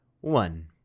one